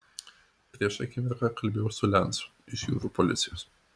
prieš akimirką kalbėjau su lencu iš jūrų policijos